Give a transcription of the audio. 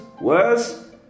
Worse